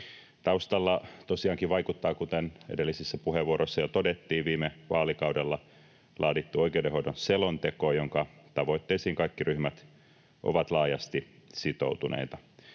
Taustalla tosiaankin vaikuttaa, kuten edellisissä puheenvuoroissa jo todettiin, viime vaalikaudella laadittu oikeudenhoidon selonteko, jonka tavoitteisiin kaikki ryhmät ovat laajasti sitoutuneita.